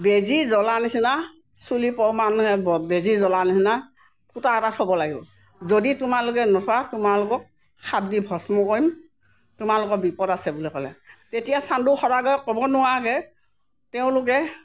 বেজি জলা নিচিনা চুলি পৰমাণুৰে বেজি জলা নিচিনা ফুটা এটা থ'ব লাগিব যদি তোমালোকে নোথোৱা তোমালোকক সাপ দি ভষ্ম কৰিম তোমালোকৰ বিপদ আছে বুলি ক'লে তেতিয়া চাণ্ডো সদাগৰে ক'ব নোৱাৰাকৈ তেওঁলোকে